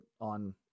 on